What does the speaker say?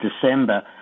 December